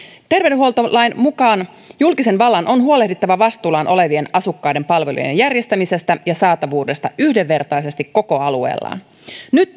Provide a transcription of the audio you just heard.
terveydenhuoltolain mukaan julkisen vallan on huolehdittava vastuullaan olevien asukkaiden palvelujen järjestämisestä ja saatavuudesta yhdenvertaisesti koko alueellaan nyt